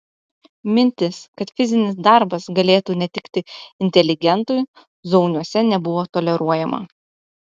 mintis kad fizinis darbas galėtų netikti inteligentui zauniuose nebuvo toleruojama